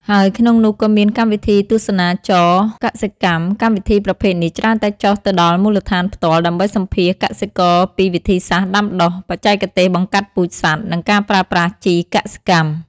ហើយក្នុងនោះក៏មានកម្មវិធីទស្សនាចរណ៍កសិកម្ម កម្មវិធីប្រភេទនេះច្រើនតែចុះទៅដល់មូលដ្ឋានផ្ទាល់ ដើម្បីសម្ភាសន៍កសិករពីវិធីសាស្ត្រដាំដុះ បច្ចេកទេសបង្កាត់ពូជសត្វ និងការប្រើប្រាស់ជីកសិកម្ម។